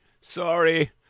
Sorry